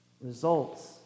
results